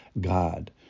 God